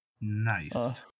Nice